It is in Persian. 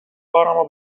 بارمو